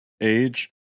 age